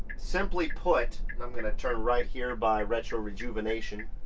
simply put, i'm gonna turn right here by retro rejuvenation,